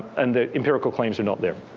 and the empirical claims are not there.